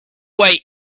way